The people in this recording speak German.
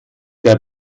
der